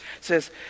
says